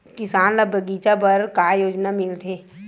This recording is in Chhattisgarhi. किसान ल बगीचा बर का योजना मिलथे?